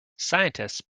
scientists